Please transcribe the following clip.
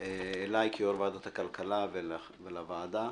אליי כיושב-ראש ועדת הכלכלה ולוועדה,